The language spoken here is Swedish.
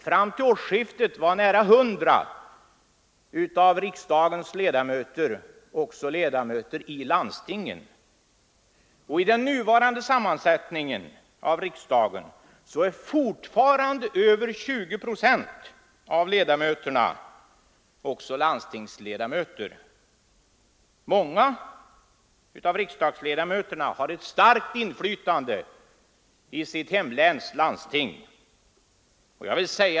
Fram till årsskiftet var nära 100 av riksdagens ledamöter också ledamöter av landsting. I den nuvarande sammansättningen av riksdagen är fortfarande över 20 procent av ledamöterna också landstingsledamöter. Många av riksdagsledamöterna har ett starkt inflytande i sina hemläns landsting.